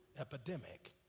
epidemic